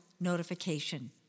notification